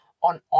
on